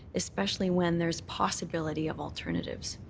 especially when there is possibility of alternatives.